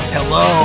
Hello